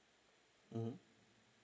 mmhmm